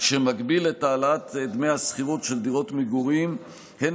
שמגביל את העלאת דמי השכירות של דירות מגורים הן